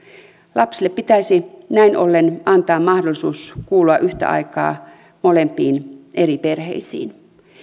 lapsille pitäisi näin ollen antaa mahdollisuus kuulua yhtä aikaa molempiin eri perheisiin